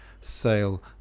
sale